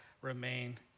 remain